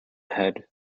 head